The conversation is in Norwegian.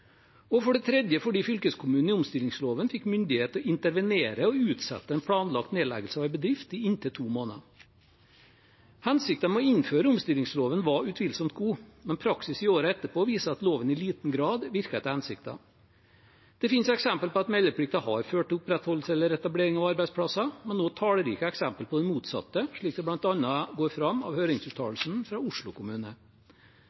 for det tredje fordi fylkeskommunen i omstillingsloven fikk myndighet til å intervenere og utsette en planlagt nedleggelse av en bedrift i inntil to måneder Hensikten med å innføre omstillingsloven var utvilsomt god, men praksis i årene etterpå viser at loven i liten grad virker etter hensikten. Det finnes eksempler på at meldeplikten har ført til opprettholdelse eller etablering av arbeidsplasser, men også tallrike eksempler på det motsatte, slik det bl.a. går fram av